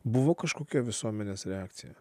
buvo kažkokia visuomenės reakcija